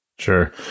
Sure